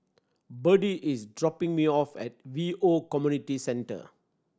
Birdie is dropping me off at Hwi Yoh Community Centre